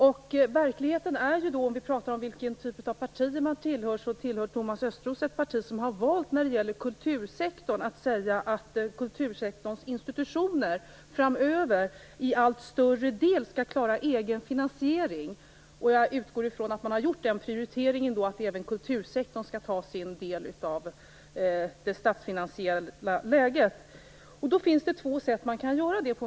I det sammanhanget kan man diskutera vilken typ av partier vi tillhör. Thomas Östros tillhör ett parti som har valt att säga att kultursektorns institutioner framöver i allt större omfattning skall klara av en egen finansiering. Jag utgår från att man då har gjort den prioriteringen att även kultursektorn skall ta sin del av ansvaret för det statsfinansiella läget. Det finns två sätt att göra detta.